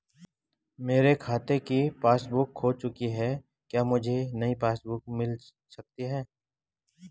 मेरे खाते की पासबुक बुक खो चुकी है क्या मुझे नयी पासबुक बुक मिल सकती है?